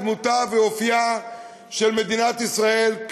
דמותה ואופייה של מדינת ישראל,